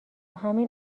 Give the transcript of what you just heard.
همین